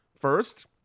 First